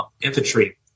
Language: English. infantry